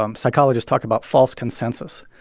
um psychologists talk about false consensus.